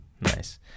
Nice